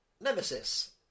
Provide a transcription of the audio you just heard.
Nemesis